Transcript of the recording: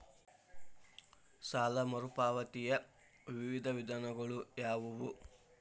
ಸಾಲ ಮರುಪಾವತಿಯ ವಿವಿಧ ವಿಧಾನಗಳು ಯಾವುವು?